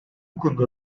konuda